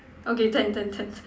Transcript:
okay tent tent tent tent